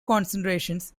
concentrations